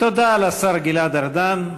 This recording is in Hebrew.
תודה לשר גלעד ארדן.